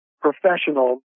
professional